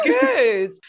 good